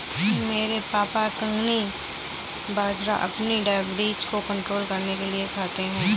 मेरे पापा कंगनी बाजरा अपनी डायबिटीज को कंट्रोल करने के लिए खाते हैं